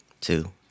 two